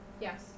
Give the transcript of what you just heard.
Yes